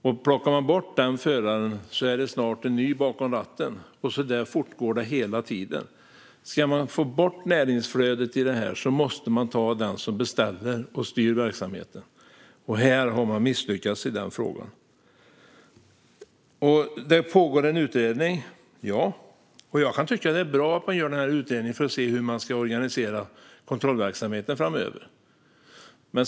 Om man plockar bort en sådan förare sitter det snart någon ny bakom ratten. Så fortgår det hela tiden. Om man ska få bort näringsflödet i detta måste man ta fast den som beställer och styr verksamheten. I den frågan har man misslyckats. Javisst, det pågår en utredning. Jag kan tycka att det är bra att den här utredningen görs så att man ser hur man ska organisera kontrollverksamheten framöver.